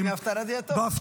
אם זה מההפטרה, זה יהיה טוב.